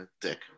dick